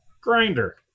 Grinder